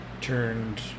turned